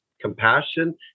compassion